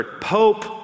Pope